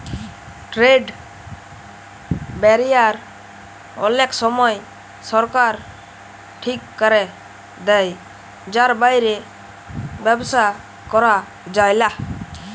trade barrier অলেক সময় সরকার ঠিক ক্যরে দেয় যার বাইরে ব্যবসা ক্যরা যায়লা